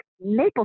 maple